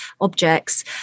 objects